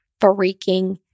freaking